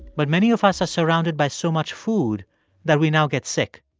but many of us are surrounded by so much food that we now get sick.